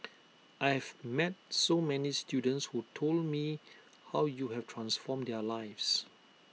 I have met so many students who told me how you have transformed their lives